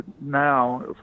Now